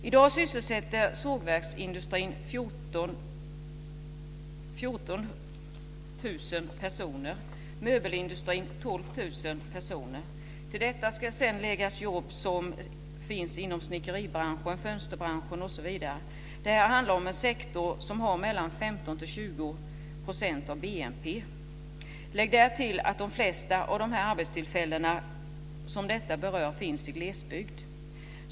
I dag sysselsätter sågverksindustrin 14 000 och möbelindustrin 12 000 personer. Till detta ska läggas de jobb som finns inom snickeribranschen, fönsterbranschen osv. Det handlar om en sektor som svarar för 15-20 % av BNP. Därtill kommer att de flesta av de berörda arbetstillfällena finns i glesbygd.